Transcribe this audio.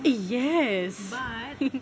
eh yes